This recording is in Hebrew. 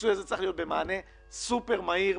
הפיצוי הזה צריך להיות במענה סופר מהיר,